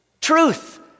Truth